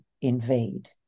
invade